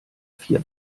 vier